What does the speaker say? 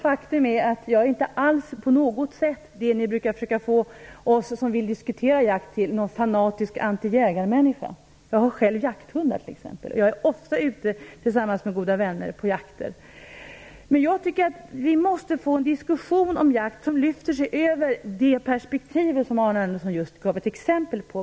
Faktum är att jag inte alls, på något sätt, är det ni brukar försöka få oss som vill diskutera jakt till, nämligen en fanatisk antijägarmänninska. Jag har själv jakthundar och jag är ofta ute tillsammans med goda vänner på jakter. Jag tycker att vi måste få en diskussion om jakt som lyfter sig över det perspektiv som Arne Andersson just gav ett exempel på.